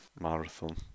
marathon